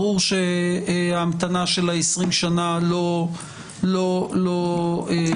ברור שההמתנה של ה-20 שנה לא ראויה.